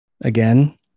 Again